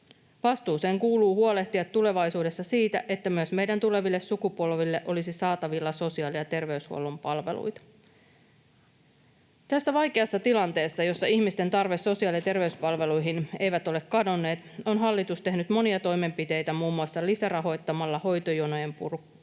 Vastuuseen kuuluu huolehtia tulevaisuudessa siitä, että myös meidän tuleville sukupolville olisi saatavilla sosiaali‑ ja terveyshuollon palveluita. Tässä vaikeassa tilanteessa, jossa ihmisten tarve sosiaali‑ ja terveyspalveluihin ei ole kadonnut, on hallitus tehnyt monia toimenpiteitä muun muassa lisärahoittamalla hoitojonojen purkua.